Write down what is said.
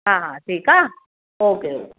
हा ठीक आहे ओके ओके